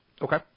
Okay